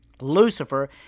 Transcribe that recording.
Lucifer